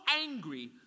angry